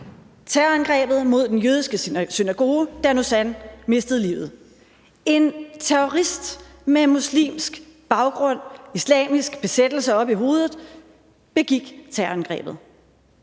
terrorangrebet mod den jødiske synagoge, Dan Uzan mistede livet. En terrorist med muslimsk baggrund og islamisk besættelse oppe i hovedet begik terrorangrebet.